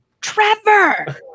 Trevor